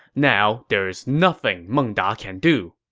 now, there is nothing meng da can do.